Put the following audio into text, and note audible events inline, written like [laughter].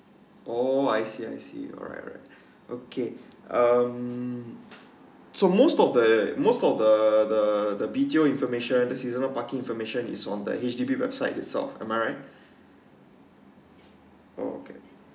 oh I see I see alright alright [breath] okay um so most of that most of the the the B_T_O information seasonal parking information is on the H_D_B website itself am I right [breath] okay